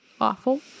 awful